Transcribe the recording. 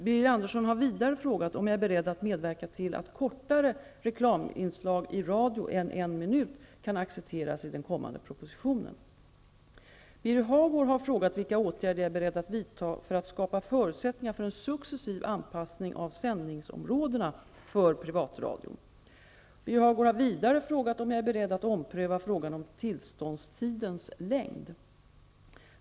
Birger Andersson har vidare frågat om jag är beredd att medverka till att kortare reklaminslag i radio än en minut kan accepteras i den kommande propositionen. Birger Hagård har frågat vilka åtgärder jag är beredd att vidta för att skapa förutsättningar för en successiv anpassning av sändningsområdena för privatradion. Birger Hagård har vidare frågat om jag är beredd att ompröva frågan om tillståndstidens längd.